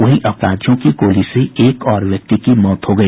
वहीं अपराधियों की गोली से एक और व्यक्ति की मौत हो गई